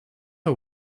her